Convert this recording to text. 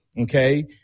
Okay